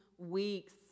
weeks